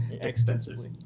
Extensively